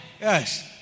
Yes